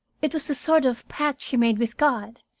it was a sort of pact she made with god,